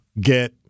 get